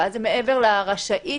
ואז מעבר לרשאית,